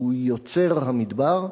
הוא יוצר המדבר.